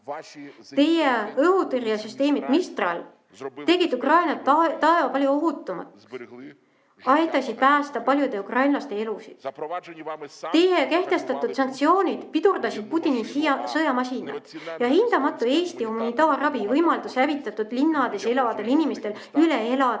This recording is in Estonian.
Teie õhutõrjesüsteemid Mistral tegid Ukraina taeva palju ohutumaks, aitasid päästa paljude ukrainlaste elusid. Teie kehtestatud sanktsioonid pidurdasid Putini sõjamasina ja hindamatu Eesti humanitaarravi võimaldas hävitatud linnades elavatel inimestel üle elada